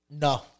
No